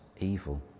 evil